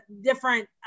different